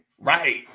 Right